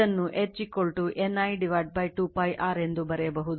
ಎಂದು ಬರೆಯಬಹುದು